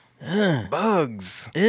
bugs